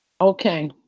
Okay